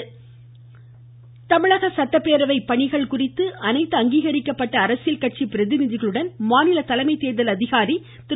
சத்தியபிரதசாகு தமிழக சட்டப்பேரவை தேர்தல் பணிகள் குறித்து அனைத்து அங்கீகரிக்கப்பட்ட அரசியல் கட்சி பிரதிநிதிகளுடன் மாநில தலைமை தேர்தல் அதிகாரி திரு